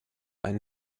ein